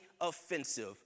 offensive